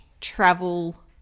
travel